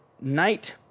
night